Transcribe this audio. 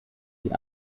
die